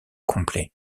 complets